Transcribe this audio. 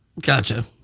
Gotcha